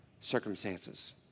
circumstances